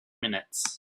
minutes